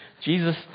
Jesus